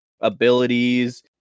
abilities